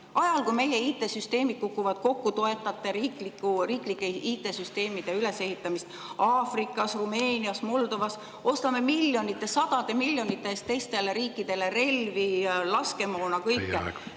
Ajal, kui meie IT-süsteemid kukuvad kokku, toetate te riiklike IT-süsteemide ülesehitamist Aafrikas, Rumeenias ja Moldovas. Me ostame sadade miljonite eest teistele riikidele relvi ja laskemoona.